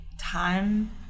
time